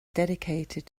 dedicated